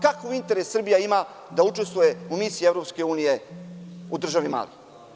Kakav interes Srbija ima da učestvuje u misiji EU u državi Mali?